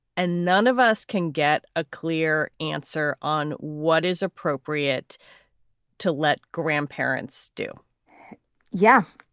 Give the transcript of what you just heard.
and none of us can get a clear answer on what is appropriate to let grandparents do yeah,